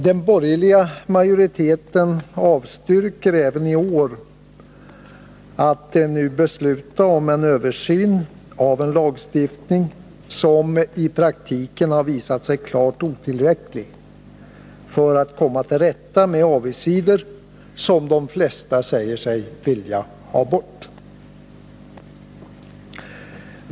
Den borgerliga majoriteten avstyrker även i år förslaget att riksdagen nu skall besluta om en översyn av en lagstiftning som i praktiken visar sig klart otillräcklig för att komma till rätta med avigsidor som de flesta säger sig vilja få bort.